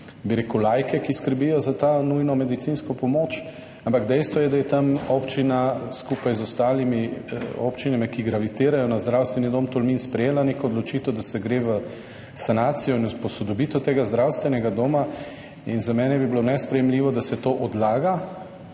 tudi laike, ki skrbijo za to nujno medicinsko pomoč, ampak dejstvo je, da je tam občina skupaj z ostalimi občinami, ki gravitirajo na Zdravstveni dom Tolmin, sprejela neko odločitev, da se gre v sanacijo in posodobitev tega zdravstvenega doma. Za mene bi bilo nesprejemljivo, da se to odlaga,